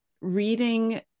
reading